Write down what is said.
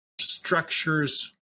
structures